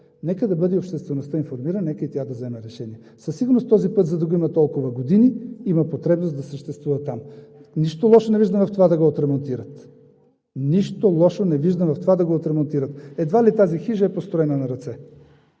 Нека да бъде информирана обществеността, нека и тя да вземе решение. Със сигурност този път, за да го има толкова години, има потребност да съществува там. Нищо лошо не виждам в това да го отремонтират. Нищо лошо не виждам в това да го отремонтират! Едва ли тази хижа е построена на ръце.